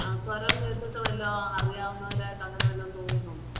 ആ സ്വരം കേട്ടിട്ട് വല്ലോം അറിയാവുന്നവരായിട്ട് അങ്ങനെ വല്ലോം തോന്നുന്നുണ്ടോ